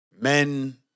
men